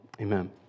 Amen